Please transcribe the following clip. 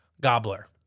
Gobbler